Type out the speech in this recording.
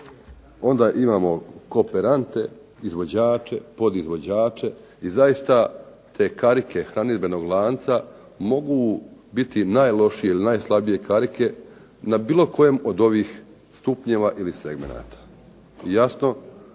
onda imamo kooperante, izvođače, podizvođače i zaista te karike hranidbenog lanca mogu biti najlošije ili najslabije karike na bilo kojem od ovih stupnjeva ili segmenata. I jasno